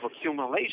accumulation